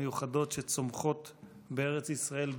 המיוחדות שצומחות בארץ ישראל,